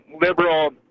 liberal